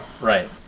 Right